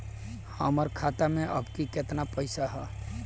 हमार खाता मे अबही केतना पैसा ह?